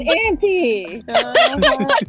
auntie